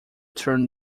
turn